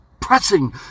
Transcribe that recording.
pressing